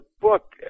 book